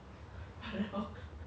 so what is the drama about